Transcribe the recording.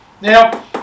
Now